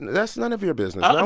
and that's none of your business oh